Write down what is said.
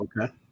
Okay